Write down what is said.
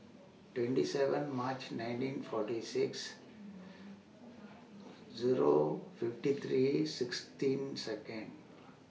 twenty seven March nineteen forty six Zero fifty three sixteen Seconds